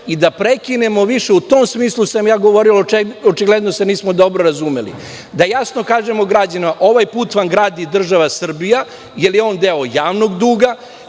i da prekinemo više. U tom smislu sam ja govorio. Očigledno se nismo dobro razumeli. Da jasno kažemo građanima – ovaj put vam gradi država Srbija, jer je on deo javnog duga.